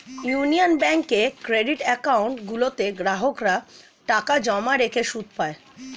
union ব্যাঙ্কের credit account গুলোতে গ্রাহকরা টাকা জমা রেখে সুদ পায়